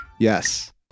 yes